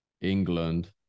England